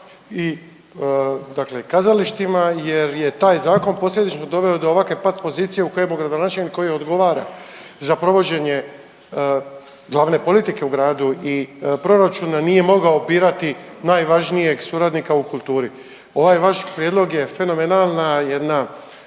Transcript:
kazalištima jer je taj zakon posljedično doveo do ovakve pat pozicije u kojemu gradonačelnik koji odgovara za provođenje glavne politike u gradu i proračuna nije mogao birati najvažnijeg suradnika u kulturi. Ovaj vaš prijedlog je fenomenalna jedna,